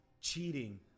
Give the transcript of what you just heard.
cheating